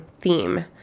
theme